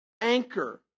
Anchor